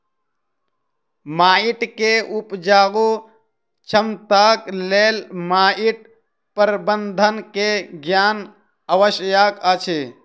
माइट के उपजाऊ क्षमताक लेल माइट प्रबंधन के ज्ञान आवश्यक अछि